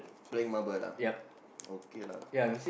playing marble lah okay lah